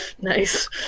Nice